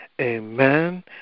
Amen